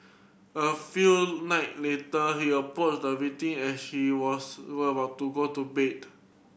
a few night later he approached the victim as she was was about to go to bed